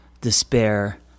despair